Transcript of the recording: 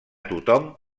tothom